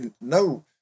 no